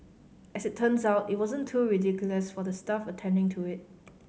as it turns out it wasn't too ridiculous for the staff attending to it